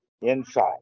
inside